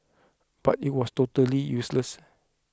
but it was totally useless